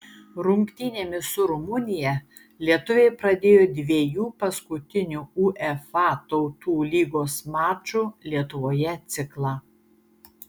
rungtynėmis su rumunija lietuviai pradėjo dviejų paskutinių uefa tautų lygos mačų lietuvoje ciklą